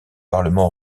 parlement